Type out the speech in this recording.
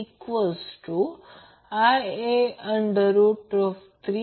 समजा मी आधीच पाहिलेले आहे मी ते आधी केले आहे हा एक स्टार कनेक्टेड लोड आहे